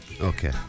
okay